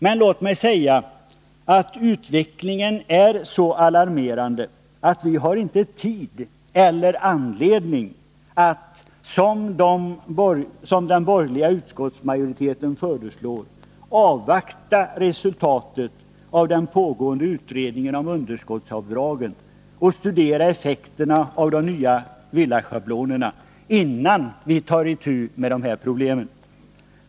Men låt mig säga att utvecklingen är så alarmerande att vi inte har tid eller anledning att, som den borgerliga utskottsmajoriteten föreslår, avvakta resultatet av den pågående utredningen om underskottsavdragen och studera effekterna av de nya villaschablonerna innan vi tar itu med de här problemen.